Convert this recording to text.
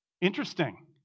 Interesting